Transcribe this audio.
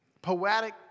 poetic